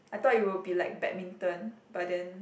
I thought it will be like badminton but then